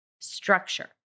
structure